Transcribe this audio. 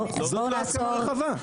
זו לא הסכמה רחבה.